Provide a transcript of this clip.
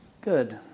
good